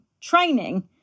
training